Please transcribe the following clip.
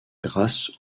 grâce